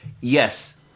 Yes